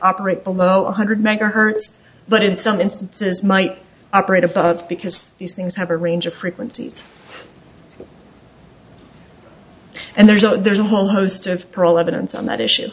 operate below one hundred megahertz but in some instances might operate about because these things have a range of frequencies and there's a there's a whole host of pearl evidence on that issue